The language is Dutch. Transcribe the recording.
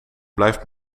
blijft